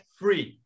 free